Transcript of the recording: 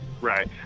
Right